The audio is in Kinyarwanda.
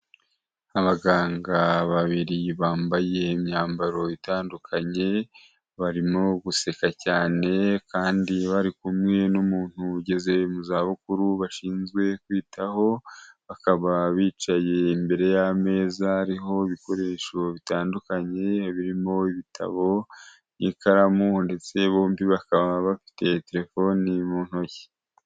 Abaganga babiri bambaye imyambaro itandukanye, barimo guseka cyane kandi bari kumwe n'umuntu ugeze mu za bukuru bashinzwe kwitaho, bakaba bicaye imbere y'ameza hariho ibikoresho bitandukanye birimo ibitabo, ikaramu ndetse bombi bakaba bafite telefoni mu ntoki.